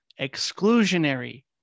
exclusionary